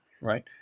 right